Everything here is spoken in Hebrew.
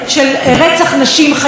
זו לא גזרת גורל.